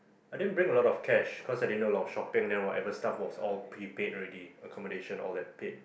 I didn't bring a lot of cash cause I didn't do a lot of shopping then whatever stuff was prepaid already accommodation all that paid